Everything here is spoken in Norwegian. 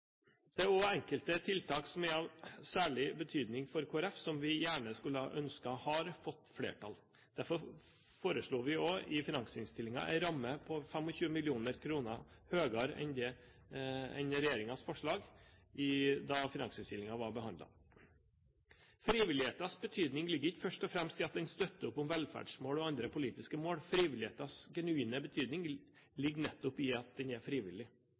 Det er også enkelte tiltak som er av særlig betydning for Kristelig Folkeparti, som vi gjerne skulle ha ønsket hadde fått flertall. Derfor foreslo vi også en ramme på 25 mill. kr høyere enn regjeringens forslag da finansinnstillingen ble behandlet. Frivillighetens betydning ligger ikke først og fremst i at den støtter opp om velferdsmål og andre politiske mål – frivillighetens genuine betydning ligger nettopp i at den er frivillig.